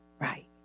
Right